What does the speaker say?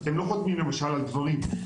הם לא חותמים למשל על דברים.